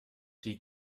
die